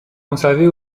conservées